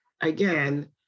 again